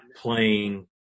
playing